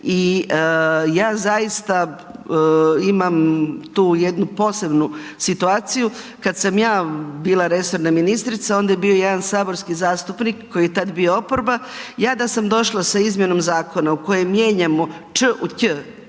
i ja zaista imam tu jednu posebnu situaciju, kad sam ja bila resorna ministrica, onda je bio jedan saborski zastupnik koji je tad bio oporba, ja da sam došla sa izmjenom zakona u kojem mijenjamo č u ć